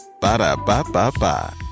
Ba-da-ba-ba-ba